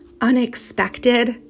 unexpected